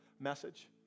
message